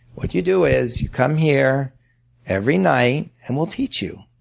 what you do is you come here every night and we'll teach you.